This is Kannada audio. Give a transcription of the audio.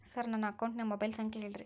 ಸರ್ ನನ್ನ ಅಕೌಂಟಿನ ಮೊಬೈಲ್ ಸಂಖ್ಯೆ ಹೇಳಿರಿ